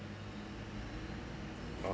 uh